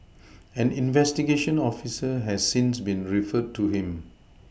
an investigation officer has since been referred to him